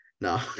no